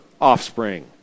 offspring